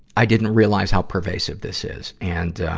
i didn't realize how pervasive this is. and,